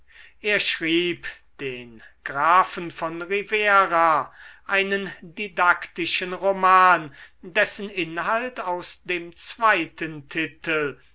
er schrieb den grafen von rivera einen didaktischen roman dessen inhalt aus dem zweiten titel